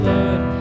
Lord